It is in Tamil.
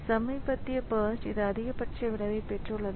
சமீபத்திய பர்ஸ்ட் இது அதிகபட்ச விளைவைப் பெற்றுள்ளது